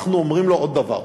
אנחנו אומרים לו עוד דבר,